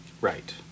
Right